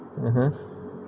(uh huh)